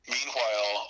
Meanwhile